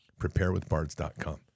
preparewithbards.com